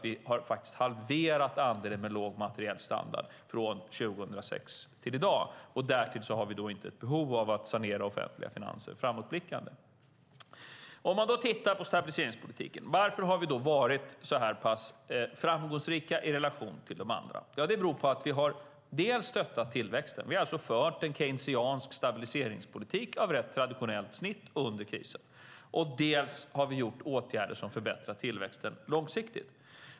Vi har faktiskt halverat andelen med låg materiell standard från 2006 till i dag. Därtill har vi inte ett behov av att sanera offentliga finanser framåtblickande. Då tittar vi på stabiliseringspolitiken. Varför har vi varit så här pass framgångsrika i relation till de andra? Jo, det beror på att vi dels har stöttat tillväxten - vi har fört en keynesiansk stabiliseringspolitik av rätt traditionellt snitt under krisen - och dels har gjort åtgärder som förbättrat tillväxten långsiktigt.